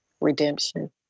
Redemption